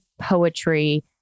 poetry